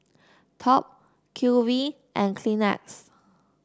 Top Q V and Kleenex